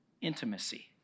intimacy